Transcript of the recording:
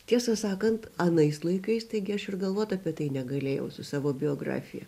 tiesą sakant anais laikais taigi aš ir galvot apie tai negalėjau su savo biografija